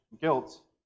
guilt